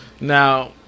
now